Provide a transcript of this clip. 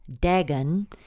Dagon